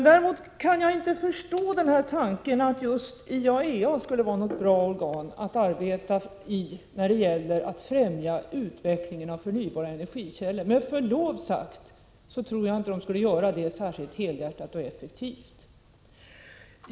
Däremot kan jag inte förstå den här tanken att just IAEA skulle vara ett bra organ för att främja utvecklingen av förnybara energikällor. Med förlov sagt tror jag att IAEA inte skulle fullgöra det arbetet särskilt helhjärtat och effektivt.